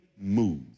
move